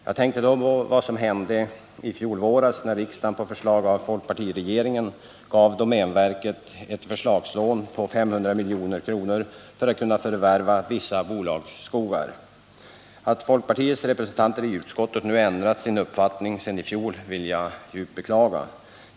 Jag tänker då på vad som hände i fjol vår, när riksdagen på förslag av folkpartiregeringen gav domänverket ett förlagslån på 500 milj.kr. för att det skulle kunna förvärva vissa bolagsskogar. Att folkpartiets representanter i utskottet nu ändrat sin uppfattning sedan i fjol vill jag djupt beklaga.